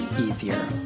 easier